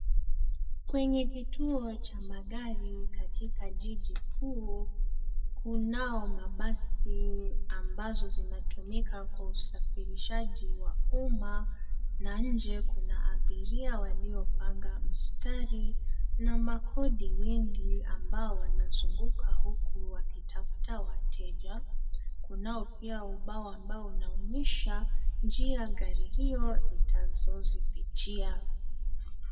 Kwenye kituo cha magari katika jiji kuu, kunao mabasi ambazo zinatumika kwa usafirishaji wa umma na inje kuna abiria waliopanga mstari na makodi wengi ambao wanazunguka huku wakitafuta wateja. Kunao pia ubao ambao unaonyesha njia gari hio itazozipitia.